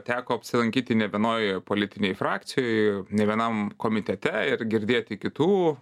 teko apsilankyti ne vienoj politinėj frakcijoj ne vienam komitete ir girdėti kitų